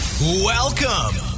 Welcome